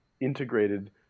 integrated